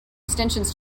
extensions